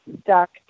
stuck